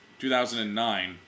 2009